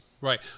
Right